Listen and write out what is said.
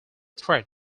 thread